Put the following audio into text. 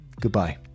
Goodbye